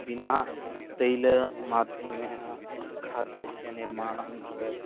विना तैलमाध्यमेन खाद्यस्य निर्माणं भवेत्